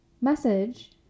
message